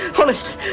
Honest